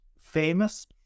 famous